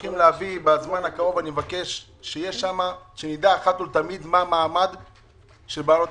אני מבקש לדעת מה המעמד של בעלי המשפחתונים.